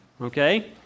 Okay